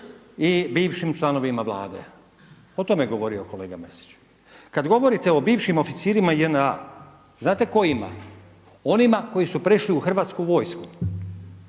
i bivšim članovima Vlade. O tome je govorio kolega Mrsić. Kad govorite o bivšim oficirima JNA znate kojima? Onima koji su prešli u Hrvatsku vojsku